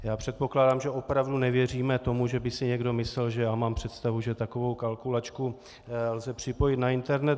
Já předpokládám, že opravdu nevěříme tomu, že by si někdo myslel, že já mám představu, že takovou kalkulačku lze připojit na internet.